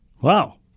Wow